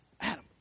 Adam